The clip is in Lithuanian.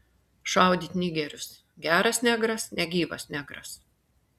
šaudyt nigerius geras negras negyvas negras